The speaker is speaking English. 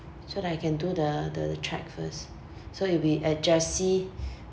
so that I can do the the check first so it'll be uh jessie